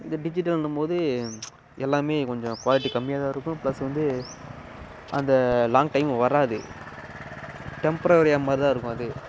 இந்த டிஜிட்டல்ன்னும் போது எல்லாம் கொஞ்சம் குவாலிட்டி கம்மியாக தான் இருக்கும் ப்ளஸ் வந்து அந்த லாங் டைம் வராது டெம்ப்ரவரி மாதிரி தான் இருக்கும் அது